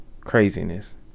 craziness